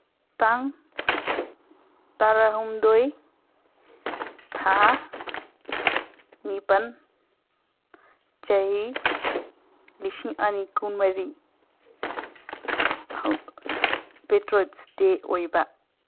ꯇꯥꯡ ꯇꯔꯥꯍꯨꯝꯗꯣꯏ ꯊꯥ ꯅꯤꯄꯥꯟ ꯆꯍꯤ ꯂꯤꯁꯤꯡ ꯑꯅꯤ ꯀꯨꯟꯃꯔꯤ ꯄꯦꯇ꯭ꯔꯣꯠꯁ ꯗꯦ ꯑꯣꯏꯕ